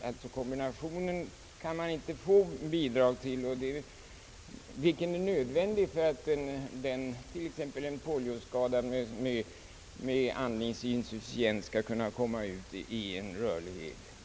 Man kan alltså inte få bidrag till kombinationen av dessa hjälpmedel, något som är nödvändigt för att t.ex. en polioskadad med andningsinsufficiens skall kunna föra ett rörligt liv.